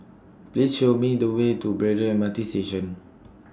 Please Show Me The Way to Braddell M R T Station